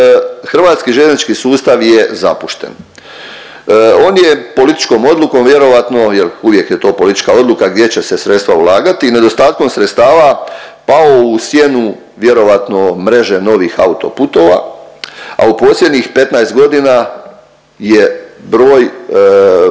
Hrvatski željeznički sustav je zapušten. On je političkom odlukom vjerojatno, jer uvijek je to politička odluka gdje će se sredstva ulagati. Nedostatkom sredstava pao u sjenu vjerojatno mreže novih autoputova, a u posljednjih 15 godina je broj